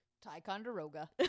Ticonderoga